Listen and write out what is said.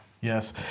yes